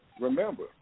remember